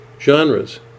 genres